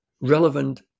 relevant